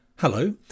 Hello